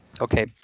Okay